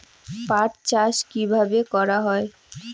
পাট চাষ কীভাবে করা হয়?